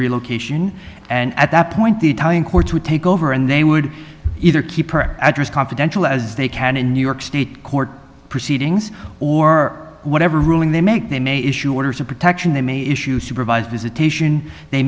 relocation and at that point the italian courts would take over and they would either keep her address confidential as they can in new york state court proceedings or whatever ruling they make they may issue orders of protection they may issue supervised